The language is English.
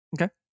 okay